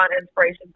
inspiration